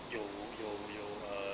有有有 uh